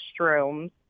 restrooms